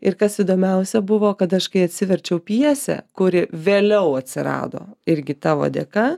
ir kas įdomiausia buvo kad aš kai atsiverčiau pjesę kuri vėliau atsirado irgi tavo dėka